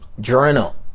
journal